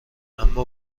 اما